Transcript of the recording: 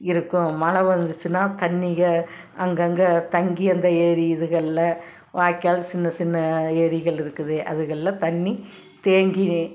இருக்கும் மழை வந்துச்சுன்னா தண்ணிகள் அங்கங்கே தங்கி அந்த ஏரி இதுகளில் வாய்க்கால் சின்ன சின்ன ஏரிகள் இருக்குது அதுகளில் தண்ணி தேங்கி நி